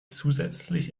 zusätzlich